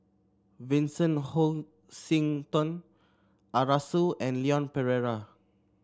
Vincent Hoisington Arasu and Leon Perera